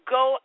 go